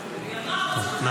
היא אמרה: הראש שלך למטה.